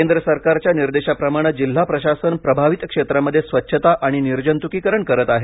केंद्र सरकारच्या निर्देशाप्रमाणे जिल्हा प्रशासन प्रभावित क्षेत्रामध्ये स्वच्छता आणि निर्जंतुकीकरण करत आहे